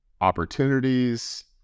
opportunities